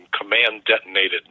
command-detonated